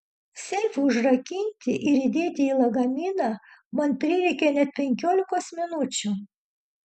seifui užrakinti ir įdėti į lagaminą man prireikė net penkiolikos minučių